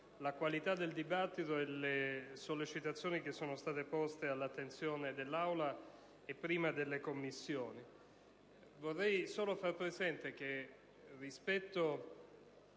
la qualità del dibattito e le sollecitazioni poste all'attenzione dell'Assemblea e, prima, delle Commissioni. Vorrei solo far presente che, rispetto